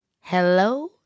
Hello